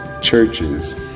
churches